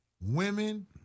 women